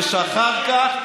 יש אחר כך,